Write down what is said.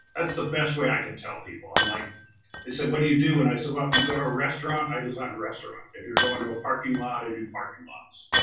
that's the best way i can tell people. um like they said, what do you do? and i said, well, if you go to a restaurant, i design a restaurant. if you're going to a parking lot, i do parking lots.